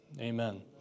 amen